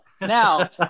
Now